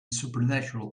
supernatural